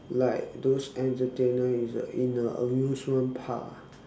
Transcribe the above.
like those entertainer in a in a amusement park ah